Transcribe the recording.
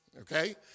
okay